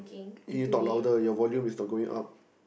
you need to talk louder your volume is not going up